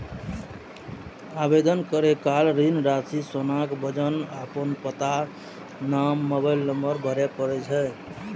आवेदन करै काल ऋण राशि, सोनाक वजन, अपन पता, नाम, मोबाइल नंबर भरय पड़ै छै